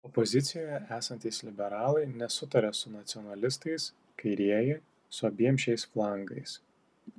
opozicijoje esantys liberalai nesutaria su nacionalistais kairieji su abiem šiais flangais